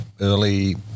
early